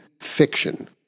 fiction